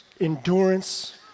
endurance